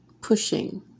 pushing